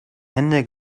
hände